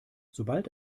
sobald